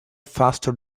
faster